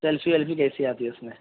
selfie ویلفی کیسی آتی ہے اس میں